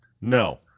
No